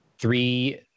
Three